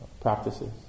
practices